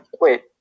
Wait